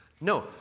No